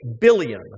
billion